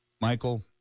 Michael